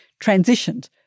transitioned